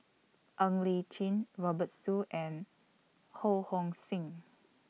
Ng Li Chin Robert Soon and Ho Hong Sing